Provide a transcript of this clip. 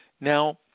Now